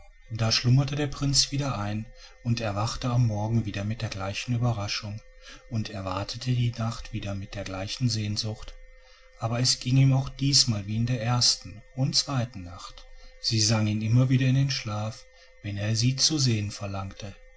da schlummerte der prinz wieder ein und erwachte am morgen wieder mit der gleichen überraschung und erwartete die nacht wieder mit gleicher sehnsucht aber es ging ihm auch diesmal wie in der ersten und zweiten nacht sie sang ihn immer in den schlaf wenn er sie zu sehen verlangte